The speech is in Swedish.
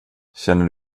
känner